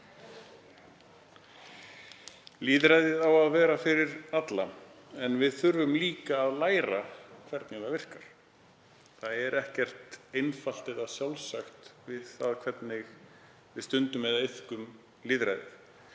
Lýðræðið á að vera fyrir alla en við þurfum líka að læra hvernig það virkar. Það er ekkert einfalt eða sjálfsagt við það hvernig við stundum eða iðkum lýðræði.